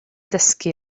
dysgu